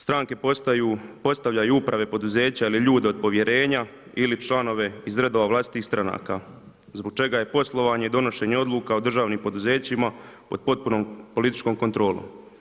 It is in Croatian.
Stranke postavljaju uprave poduzeća ili ljude od povjerenja ili članove iz redova vlastitih stranaka zbog čega je poslovanje i donošenje odluka u državnim poduzećima pod potpunom političkom kontrolom.